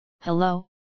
hello